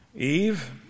Eve